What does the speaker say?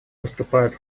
выступают